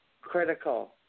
critical